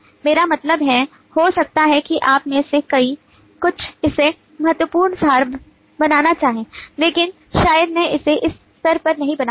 मेरा मतलब है हो सकता है कि आप में से कुछ इसे महत्वपूर्ण सार बनाना चाहें लेकिन शायद मैं इसे इस स्तर पर नहीं बनाऊंगा